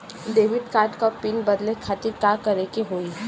Debit card क PIN बदले खातिर का करेके होई?